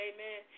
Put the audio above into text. Amen